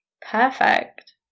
Perfect